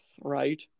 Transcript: right